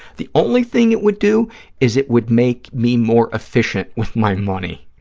the only thing it would do is it would make me more efficient with my money,